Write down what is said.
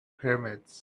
pyramids